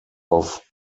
off